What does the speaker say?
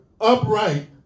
Upright